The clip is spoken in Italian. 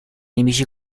nemici